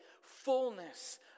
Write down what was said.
fullness